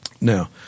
Now